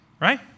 right